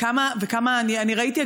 אני ראיתי,